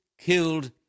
killed